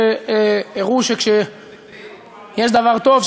שהראו שכשיש דבר טוב,